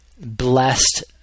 blessed